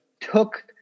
took